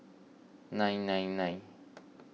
nine nine nine